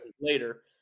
Later